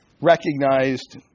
recognized